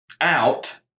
Out